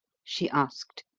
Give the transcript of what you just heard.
she asked.